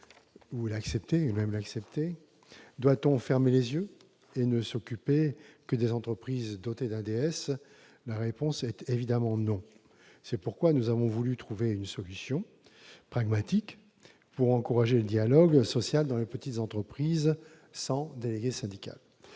accepter cette situation ? Doit-on fermer les yeux et ne s'occuper que des entreprises dotées de délégués syndicaux ? La réponse est évidemment non. C'est pourquoi nous avons voulu trouver une solution pragmatique pour encourager le dialogue social dans les petites entreprises sans délégué syndical.